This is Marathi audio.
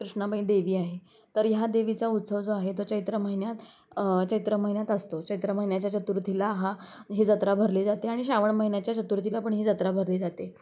कृष्णामाई देवी आहे तर हया देवीचा उत्सव जो आहे तो चैत्र महिन्यात चैत्र महिन्यात असतो चैत्र महिन्याच्या चतुर्थीला हा ही जत्रा भरली जाते आणि श्रावण महिन्याच्या चतुर्थीला पण ही जत्रा भरली जाते